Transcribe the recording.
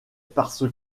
parce